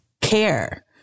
care